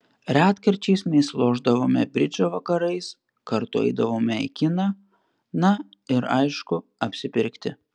retkarčiais mes lošdavome bridžą vakarais kartu eidavome į kiną na ir aišku apsipirkti